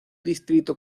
distrito